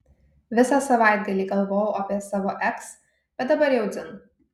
visą savaitgalį galvojau apie savo eks bet dabar jau dzin